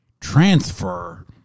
transfer